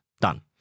Done